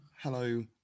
hello